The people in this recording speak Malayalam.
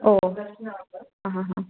ഓ ആ ഹാ ഹാ